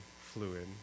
fluid